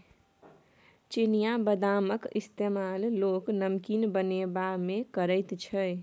चिनियाबदामक इस्तेमाल लोक नमकीन बनेबामे करैत छै